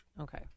Okay